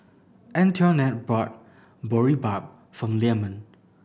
Antoinette bought Boribap for Leamon